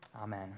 Amen